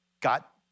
got